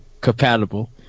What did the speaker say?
compatible